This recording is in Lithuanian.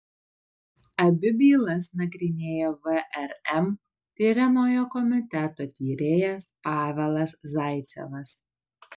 abi bylas nagrinėjo vrm tiriamojo komiteto tyrėjas pavelas zaicevas